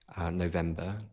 November